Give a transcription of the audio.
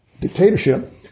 dictatorship